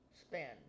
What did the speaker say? spend